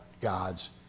God's